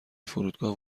فرودگاه